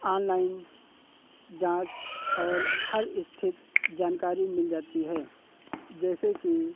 online जाँच और हर स्थिति की जानकारी मिल जाती है जैसे कि